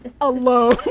alone